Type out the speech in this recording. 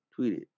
tweeted